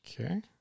Okay